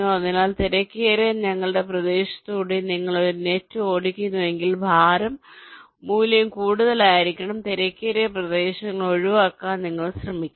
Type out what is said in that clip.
അതിനാൽ തിരക്കേറിയ ഞങ്ങളുടെ പ്രദേശത്തുകൂടി നിങ്ങൾ ഒരു നെറ്റ് ഓടിക്കുന്നുവെങ്കിൽ ഭാരം മൂല്യം കൂടുതലായിരിക്കണം തിരക്കേറിയ പ്രദേശങ്ങൾ ഒഴിവാക്കാൻ നിങ്ങൾ ശ്രമിക്കണം